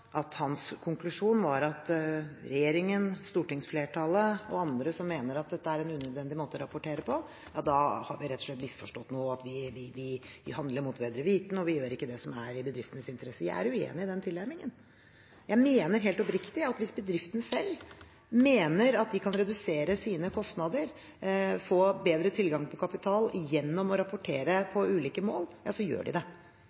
at hans konklusjon var at hvis regjeringen, stortingsflertallet og andre mener at dette er en unødvendig måte å rapportere på, har vi rett og slett misforstått noe, vi handler mot bedre vitende, og vi gjør ikke det som er i bedriftenes interesse. Jeg er uenig i den tilnærmingen. Jeg mener helt oppriktig at hvis bedriften selv mener at de kan redusere sine kostnader, få bedre tilgang på kapital gjennom å rapportere på ulike mål, så gjør de det.